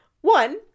One